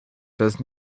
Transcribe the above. does